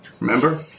remember